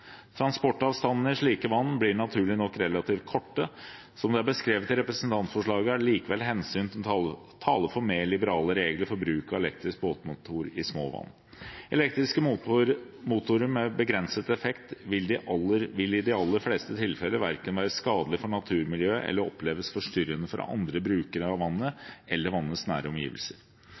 Transportavstandene i slike vann blir naturlig nok relativt korte. Som det er beskrevet i representantforslaget, er det likevel hensyn som taler for mer liberale regler for bruk av elektrisk båtmotor i små vann. Elektriske motorer med begrenset effekt vil i de aller fleste tilfeller verken være skadelig for naturmiljøet eller oppleves forstyrrende for andre brukere av vannet eller vannets nære omgivelser.